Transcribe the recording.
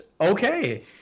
okay